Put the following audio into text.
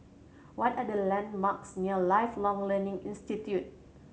what are the landmarks near Lifelong Learning Institute